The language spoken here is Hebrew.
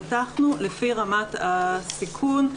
פתחנו לפי רמת הסיכון,